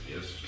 Yes